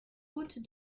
route